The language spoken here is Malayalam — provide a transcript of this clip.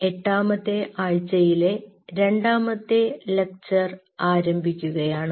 എട്ടാമത്തെ ആഴ്ചയിലെ രണ്ടാമത്തെ ലെക്ചർ ആരംഭിക്കുകയാണ്